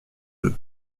deux